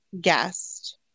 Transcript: guest